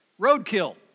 roadkill